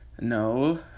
no